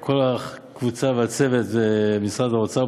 כל הקבוצה והצוות במשרד האוצר,